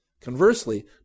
Conversely